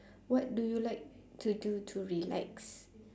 what do you like to do to relax